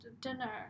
dinner